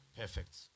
Perfect